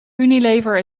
unilever